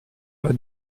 pas